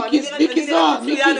אני נראית בסדר, מצוין.